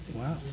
Wow